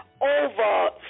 over